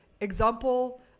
example